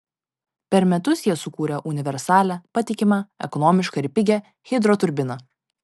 per metus jie sukūrė universalią patikimą ekonomišką ir pigią hidroturbiną